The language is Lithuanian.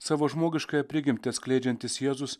savo žmogiškąją prigimtį atskleidžiantis jėzus